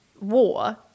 war